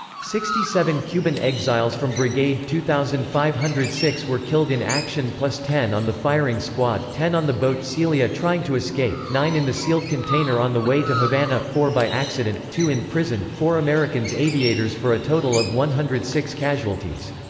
sixty seven cuban exiles from brigade two thousand five hundred and six were killed in action plus ten on the firing squad, ten on the boat celia trying to escape, nine in the sealed container on the way to havana, four by accident, two in prison, four americans aviators for a total of one hundred and six casualties.